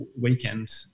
weekend